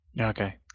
okay